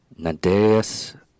Nadeus